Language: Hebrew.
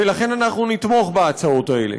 ולכן אנחנו נתמוך בהצעות האלה: